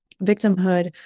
victimhood